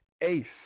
ACE